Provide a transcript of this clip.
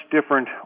different